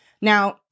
Now